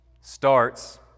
starts